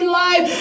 life